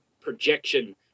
projection